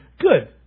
Good